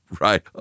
right